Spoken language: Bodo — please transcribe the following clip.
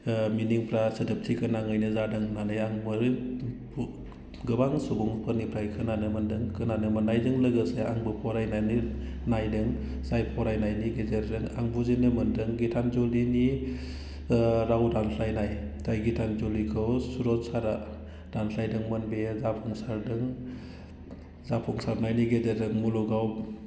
मिनिंफ्रा सोदोबथि गोनाङैनो जादों होननानै आं गोबां सुबुंफोरनिफ्राय खोनानो मोनदों खोनानो मोननायजों लोगोसे आंबो फरायनानै नायदों जाय फरायनायनि गेजेरजों आं बुजिनो मोनदों गिथानजलिनि राव दानस्लायनाय जाय गिथानजलिखौ सुरत सारआ दानस्लायदोंमोन बेयो जाफुंसारदों जाफुंसारनायनि गेजेरजों मुलुगाव